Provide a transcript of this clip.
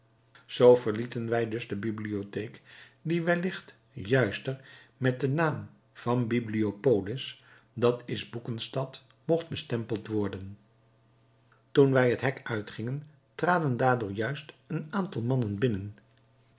zoo verlieten wij dus de bibliotheek die wellicht juister met den naam van bibliopolis d i boekenstad mocht bestempeld worden toen wij het hek uitgingen traden daardoor juist een aantal mannen binnen